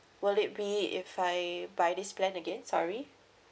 will it be if I buy this plan again sorry